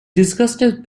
disgusted